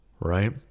right